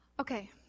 Okay